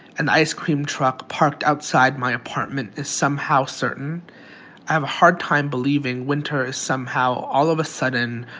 an ice-cream truck parked outside my apartment is somehow certain, i have a hard time believing winter is somehow, all of a sudden,